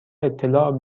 اطلاع